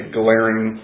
glaring